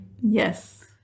Yes